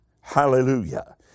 Hallelujah